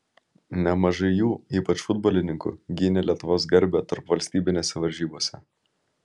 nemažai jų ypač futbolininkų gynė lietuvos garbę tarpvalstybinėse varžybose